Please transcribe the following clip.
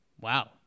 Wow